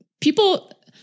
people